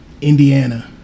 Indiana